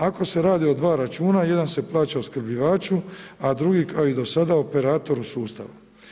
Ako se radi o dva računa, jedan se plaća opskrbljivaču, a drugi kao i do sada operatoru sustava.